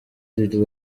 lil